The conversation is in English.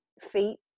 feet